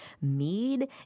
mead